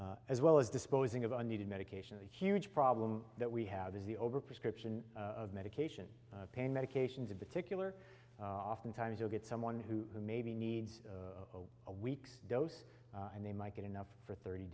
as well as disposing of a needed medication the huge problem that we have is the over prescription of medication pain medications of particular often times you'll get someone who maybe needs a week's dose and they might get enough for thirty